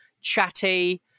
chatty